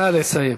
נא לסיים.